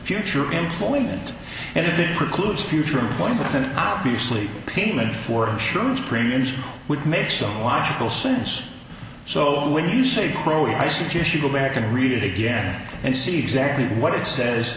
future employment and that precludes future employment and obviously payment for insurance premiums would make some logical sense so when you say program i suggest you go back and read it again and see exactly what it says